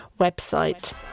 website